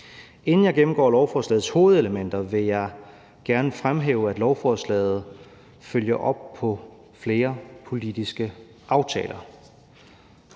Inden jeg gennemgår lovforslagets hovedelementer, vil jeg gerne fremhæve, at lovforslaget følger op på flere politiske aftaler.